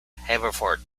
haverford